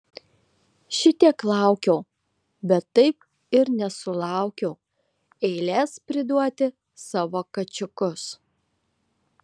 šitiek laukiau bet taip ir nesulaukiau eilės priduoti savo kačiukus